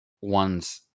ones